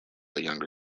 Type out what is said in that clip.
younger